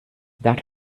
that